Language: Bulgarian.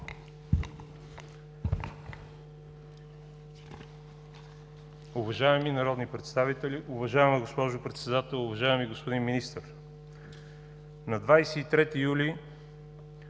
Уважаеми народни представители, уважаема госпожо Председател, уважаеми господин Министър! На 23 юли